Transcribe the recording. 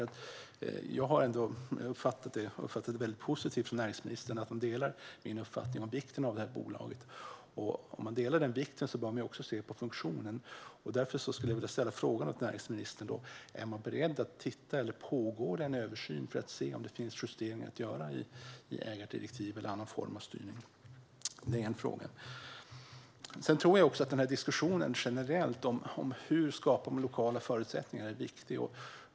Jag har uppfattat det på ett positivt sätt från näringsministern när det gäller att man delar min uppfattning om vikten av det här bolaget. Om man delar den uppfattningen bör man också se på funktionen. Därför vill jag fråga näringsministern: Är man beredd att titta på detta, eller pågår en översyn för att se om det finns justeringar att göra i ägardirektiv eller annan form av styrning? Sedan tror jag att den här diskussionen generellt om hur man skapar lokala förutsättningar är viktig.